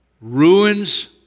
ruins